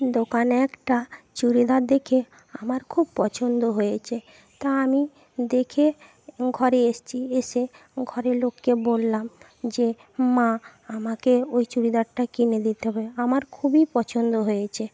দোকানে একটা চুড়িদার দেখে আমার খুব পছন্দ হয়েচে তা আমি দেখে ঘরে এসেছি এসে ঘরের লোককে বললাম যে মা আমাকে ওই চুড়িদারটা কিনে দিতে হবে আমার খুবই পছন্দ হয়েছে